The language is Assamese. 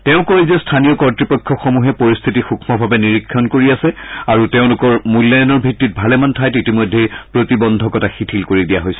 তেওঁ কয় যে স্থানীয় কৰ্তপক্ষসমূহে পৰিস্থিতি সুক্মভাৱে নিৰীক্ষণ কৰি আছে আৰু তেওঁলোকৰ মূল্যায়নৰ ভিত্তিত ভালেমান ঠাইত ইতিমধ্যে প্ৰতিবন্ধকতা শিথিল কৰি দিয়া হৈছে